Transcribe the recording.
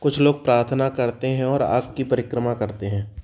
कुछ लोग प्रार्थना करते हैं और आग की परिक्रमा करते हैं